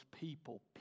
people